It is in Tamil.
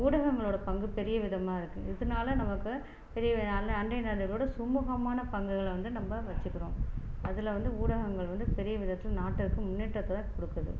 ஊடங்கங்களோட பங்கு பெரிய விதமாக இருக்குது இதனால் நமக்கு பெரிய அண்டைய நாடுகளோட சுமூகமான பங்குகள வந்து நம்ம வெச்சுக்கறோம் அதில் வந்து ஊடகங்கள் வந்து பெரிய விதத்தில் நாட்டுக்கும் முன்னேற்றத்தை கொடுக்குது